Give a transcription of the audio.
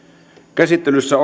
käsittelyssä